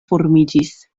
formiĝis